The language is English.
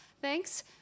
Thanks